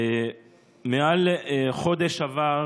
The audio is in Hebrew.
מעל חודש עבר